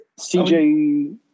CJ